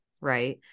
right